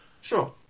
Sure